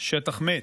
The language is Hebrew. שטח מת,